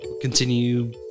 Continue